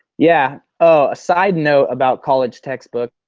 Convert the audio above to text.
yeah, oh side note about college textbooks.